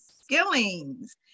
Skillings